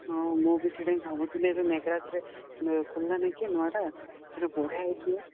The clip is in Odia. ହଁ ମୁଁ ବି ସେଇଟା ହିଁ ଭାବୁଥିଲି ଏବେ ମେଘରାଜରେ ଯେଉଁ ଖୋଲିଲା ନାଇଁ କି ନୂଆଟା ସେଇଠି ବଢ଼ିଆ ହେଉଛି ହୋ